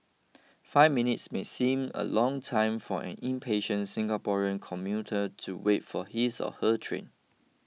five minutes may seem a long time for an impatient Singaporean commuter to wait for his or her train